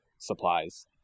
supplies